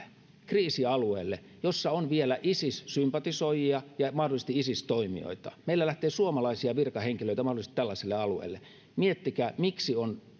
kriisialueelle jossa on vielä isis sympatisoijia ja mahdollisesti isis toimijoita meillä lähtee suomalaisia virkahenkilöitä mahdollisesti tällaisille alueille miettikää miksi on